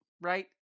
right